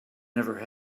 never